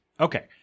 Okay